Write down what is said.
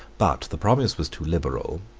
but the promise was too liberal,